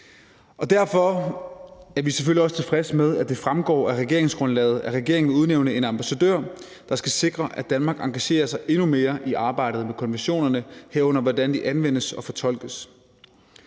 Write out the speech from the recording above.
Derfor er vi selvfølgelig også tilfredse med, at det fremgår af regeringsgrundlaget, at regeringen vil udnævne en ambassadør, der skal sikre, at Danmark engagerer sig endnu mere i arbejdet med konventionerne, herunder hvordan de anvendes og fortolkes.